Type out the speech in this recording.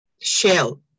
shell